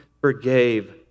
forgave